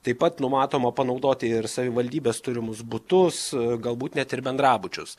taip pat numatoma panaudoti ir savivaldybės turimus butus galbūt net ir bendrabučius